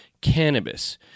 cannabis